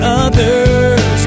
others